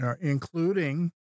including